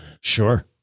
Sure